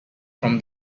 from